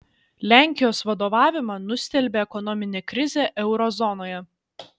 lenkijos vadovavimą nustelbė ekonominė krizė euro zonoje